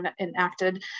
enacted